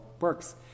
works